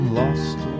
lost